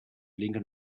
linken